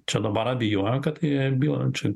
čia dabar abejoju kad kai bil čia